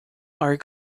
are